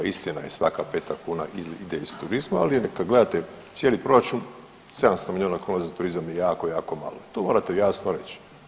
Istina je svaka peta kuna ide iz turizma ali kada gledate cijeli proračun 700 milijuna kuna za turizam je jako, jako malo to morate jasno reći.